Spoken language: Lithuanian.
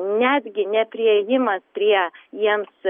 netgi nepriėjimas prie jiems